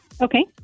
Okay